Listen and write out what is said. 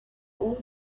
all